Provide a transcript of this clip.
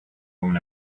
woman